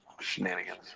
Shenanigans